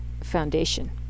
foundation